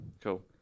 cool